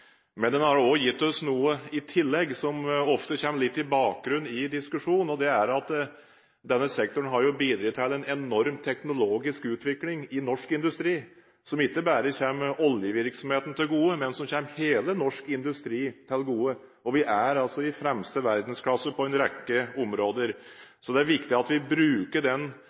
men den har også gitt oss noe i tillegg, som ofte kommer litt i bakgrunn i diskusjonen. Denne sektoren har bidratt til en enorm teknologisk utvikling i norsk industri som ikke bare kommer oljevirksomheten til gode, men som kommer hele norsk industri til gode. Vi er altså i fremste verdensklasse på en rekke områder. Så det er viktig at vi bruker den